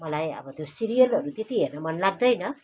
मलाई अब त्यो सिरियलहरू त्यति हेर्नु मन लाग्दैन